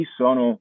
sono